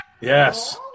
Yes